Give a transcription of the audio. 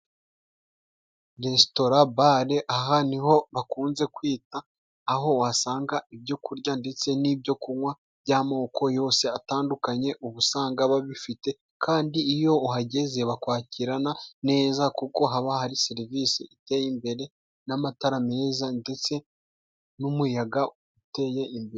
Resitora bare, aha ni ho bakunze kwita aho wasanga ibyo kurya ndetse n'ibyo kunywa by'amoko yose atandukanye. Uba usanga babifite kandi, iyo uhageze bakwakirana neza kuko haba hari serivisi iteye imbere n'amatara meza ndetse n'umuyaga uteye imbere.